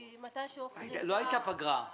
כי מתי שהוא -- לא הייתה פגרה.